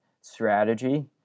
strategy